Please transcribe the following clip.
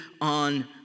on